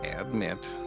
admit